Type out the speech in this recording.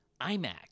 iMac